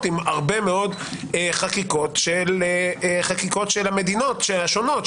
עם הרבה מאוד חקיקות של המדינות השונות,